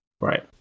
right